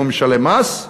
הוא משלם מס.